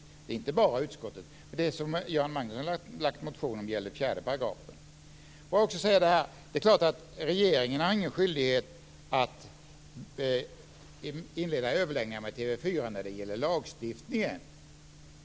Det gäller inte bara utskottet. Det som Göran Magnusson har väckt en motion om gäller 4 §. Regeringen har ingen skyldighet att inleda överläggningar med TV 4 när det gäller lagstiftningen.